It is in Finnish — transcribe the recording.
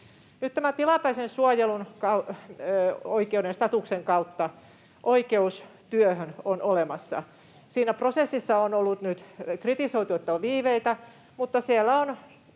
tilapäisen suojelun oikeuden statuksen kautta oikeus työhön on olemassa. On kritisoitu, että siinä prosessissa on ollut nyt viiveitä, mutta siellä on